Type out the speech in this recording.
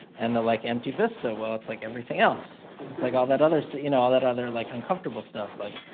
and the, like, empty vista. well, it's like everything else. it's, like, all that others, you know, all that other, like, uncomfortable stuff, like,